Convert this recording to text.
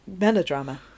melodrama